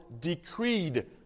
decreed